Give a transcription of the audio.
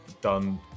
done